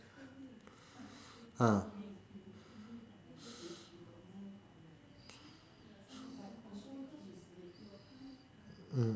ah